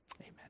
Amen